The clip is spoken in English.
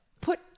put